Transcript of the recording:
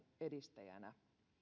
edistäjänä